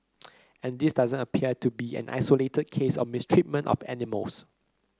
and this doesn't appear to be an isolated case of mistreatment of animals